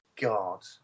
God